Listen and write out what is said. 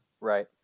Right